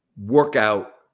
workout